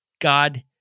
God